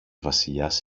βασιλιάς